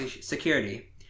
security